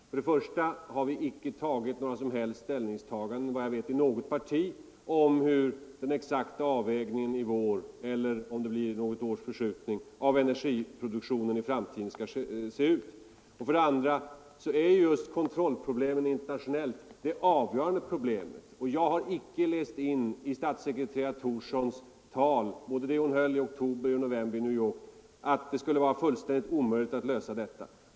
För det första har vi såvitt jag vet inte i något parti tagit ställning till den exakta avvägningen — i vår, eller om det blir något års förskjutning — av hur energiproduktionen i framtiden skall se ut. För det andra är just kontrollproblemet internationellt det avgörande problemet. Jag har icke läst in i statssekreterare Inga Thorssons tal — vare sig i det hon höll i oktober eller i det hon höll i november i New York — att det skulle vara fullständigt omöjligt att lösa detta problem.